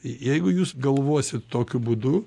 jeigu jūs galvosit tokiu būdu